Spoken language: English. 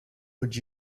would